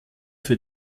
für